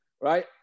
right